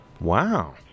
wow